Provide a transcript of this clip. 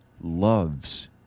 loves